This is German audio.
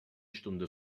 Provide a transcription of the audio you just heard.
stunde